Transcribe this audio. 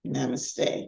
Namaste